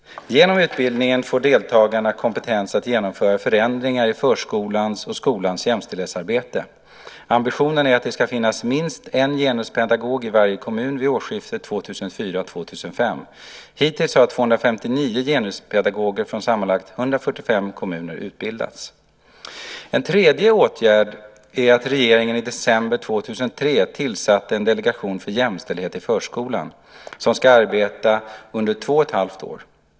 Genom utbildningen får deltagarna kompetens att genomföra förändringar i förskolans och skolans jämställdhetsarbete. Ambitionen är att det ska finnas minst en genuspedagog i varje kommun vid årsskiftet 2004/05. Hittills har 259 genuspedagoger från sammanlagt 145 kommuner utbildats. En tredje åtgärd är att regeringen i december 2003 tillsatte en delegation för jämställdhet i förskolan , som ska arbeta under två och ett halvt år.